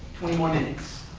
twenty more minutes.